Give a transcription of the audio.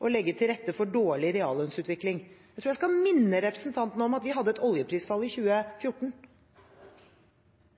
å legge til rette for dårlig reallønnsutvikling. Jeg tror jeg skal minne representanten om at vi hadde et oljeprisfall i 2014,